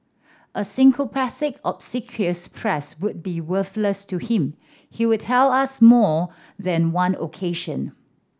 a sycophantic obsequious press would be worthless to him he would tell us more than one occasion